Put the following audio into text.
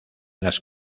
las